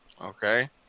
Okay